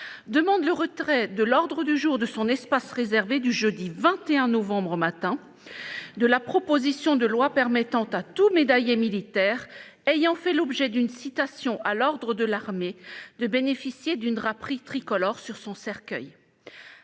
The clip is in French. demande le retrait de l'ordre du jour de son espace réservé du jeudi 21 novembre au matin de la proposition de loi permettant à tout médaillé militaire ayant fait l'objet d'une citation à l'ordre de l'armée de bénéficier d'une draperie tricolore sur son cercueil.